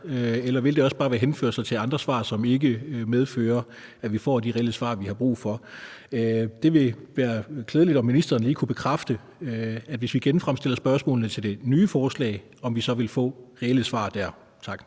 eller vil det også bare være henførelser til andre svar, som ikke medfører, at vi får de reelle svar, vi har brug for? Det vil være klædeligt, om ministeren lige kunne bekræfte, at hvis vi genstiller spørgsmålene til dette nye forslag, vil vi så få reelle svar der. Tak.